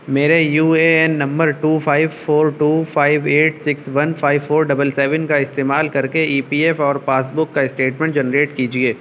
میرے U A N نمبر two five four two five eight six one five four double seven کا استعمال کر کے ای پی ایف اور پاس بک کا اسٹیٹمنٹ جنریٹ کیجیے